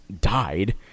died